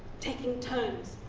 taking turns,